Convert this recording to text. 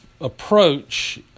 approach